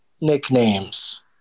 nicknames